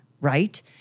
right